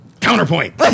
Counterpoint